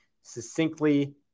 succinctly